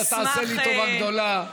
אתה תעשה לי טובה גדולה.